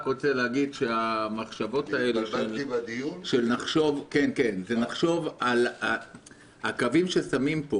אני רק רוצה להגיד שהקווים ששים פה